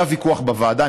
היה ויכוח בוועדה.